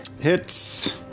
Hits